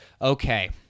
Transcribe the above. okay